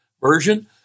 version